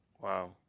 Wow